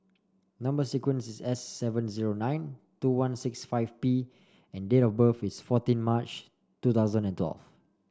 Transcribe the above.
number sequence is S seven zero nine two one six five P and date of birth is fourteen March two thousand and twelve